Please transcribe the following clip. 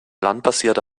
landbasierte